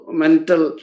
mental